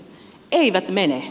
eivät mene